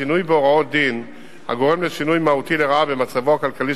שינוי בהוראות דין הגורם לשינוי מהותי לרעה במצבו הכלכלי